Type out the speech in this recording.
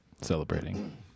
Celebrating